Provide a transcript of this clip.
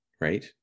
Right